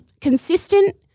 consistent